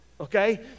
okay